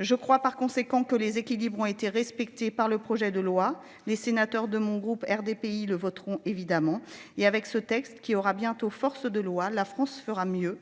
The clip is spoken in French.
Je crois par conséquent que les équilibres ont été respectées par le projet de loi les sénateurs de mon groupe RDPI le voteront évidemment et avec ce texte, qui aura bientôt force de loi. La France fera mieux